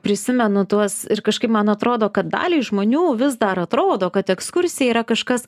prisimenu tuos ir kažkaip man atrodo kad daliai žmonių vis dar atrodo kad ekskursija yra kažkas